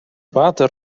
water